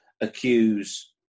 accuse